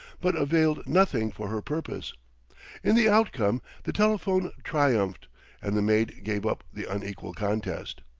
but availed nothing for her purpose in the outcome the telephone triumphed and the maid gave up the unequal contest.